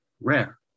rare